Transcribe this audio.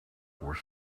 were